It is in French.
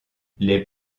les